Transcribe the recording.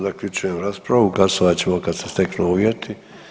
Zaključujem raspravu, glasovat ćemo kad se steknu uvjeti.